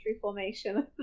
formation